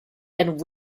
and